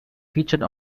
featured